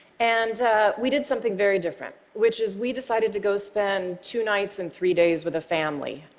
and we did something very different, which is, we decided to go spend two nights and three days with a family.